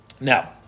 Now